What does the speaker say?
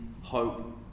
hope